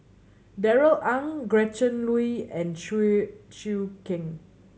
Darrell Ang Gretchen Liu and Chew Choo Keng